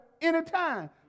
anytime